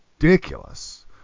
ridiculous